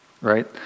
right